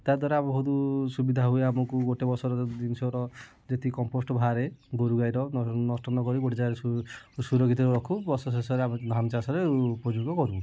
ତା ଦ୍ଵାରା ବହୁତ ସୁବିଧା ହୁଏ ଆମକୁ ଗୋଟେ ବର୍ଷର ଜିନିଷର ଯେତିକି କମ୍ପୋଷ୍ଟ ବାହାରେ ଗୋରୁ ଗାଈର ନଷ୍ଟ ନକରି ଗୋଟେ ଜାଗାରେ ସୁରକ୍ଷିତ କରି ରଖୁ ବର୍ଷ ଶେଷରେ ଆମେ ଧାନ ଚାଷରେ ଉପଯୋଗ କରୁ